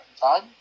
time